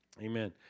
amen